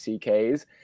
CK's